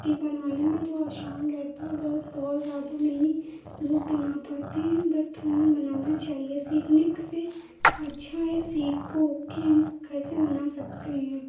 कि बनाने में तो आसान रहता है बट बहुत ज़्यादा नहीं लोग बना पाते हैं बट हमें बनाना चाहिए सीखने से अच्छा है सीखो कि हम कैसे बना सकते हें